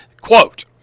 Quote